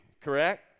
correct